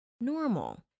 Normal